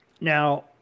Now